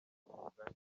umugani